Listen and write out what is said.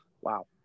wow